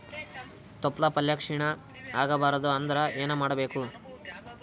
ತೊಪ್ಲಪಲ್ಯ ಕ್ಷೀಣ ಆಗಬಾರದು ಅಂದ್ರ ಏನ ಮಾಡಬೇಕು?